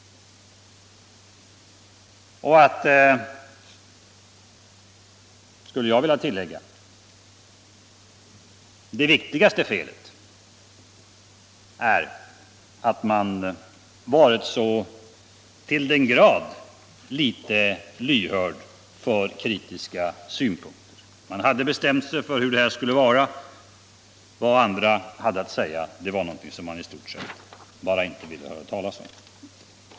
Jag skulle vilja tillägga att det allvarligaste felet är att man varit så till den grad litet lyhörd för kritiska synpunkter. Man hade bestämt sig för hur det skulle vara, och vad andra hade att säga var något som man bara inte ville höra talas om.